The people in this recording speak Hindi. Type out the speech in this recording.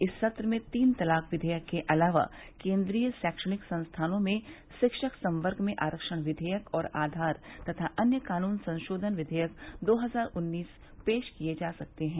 इस सत्र में तीन तलाक विवेयक के अलावा केन्द्रीय शैक्षणिक संस्थानों में शिक्षक संवर्ग में आरक्षण विवेयक और आधार तथा अन्य कानून संशोधन विघेयक दो हजार उन्नीस पेश किए जा सकते हैं